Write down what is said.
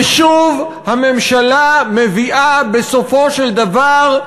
ושוב הממשלה מביאה, בסופו של דבר,